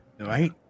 Right